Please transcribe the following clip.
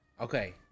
Okay